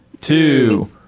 two